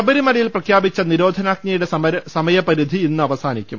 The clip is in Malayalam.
ശബരിമലയിൽ പ്രഖ്യാപിച്ച നിരോധനാജ്ഞയുടെ സമയപരിധി ഇന്ന് അവസാനിക്കും